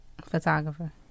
Photographer